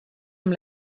amb